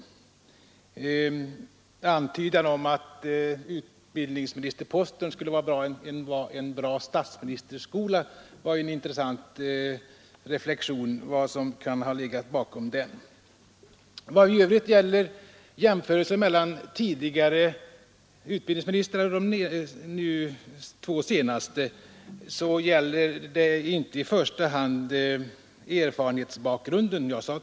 Det var ju en intressant reflexion från herr Carlssons sida att utbildningsministerposten skulle vara en så bra statsministerskola, vad som nu kan ha legat bakom denna antydan. Vad i övrigt gäller jämförelser mellan tidigare utbildningsministrar och de två senaste, var det inte i första hand frågan om erfarenhetsbakgrunden jag tog fasta på.